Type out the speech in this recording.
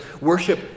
worship